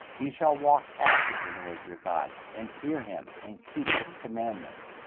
ye shall walk after the lord your god, and fear him, and keep his commandments,